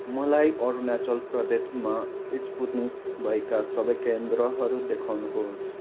मलाई अरुणाचल प्रदेशमा स्पुत्निक भएका सबै केन्द्रहरू देखाउनुहोस्